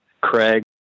Craig